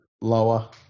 Lower